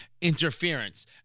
interference